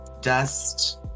Dust